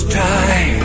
time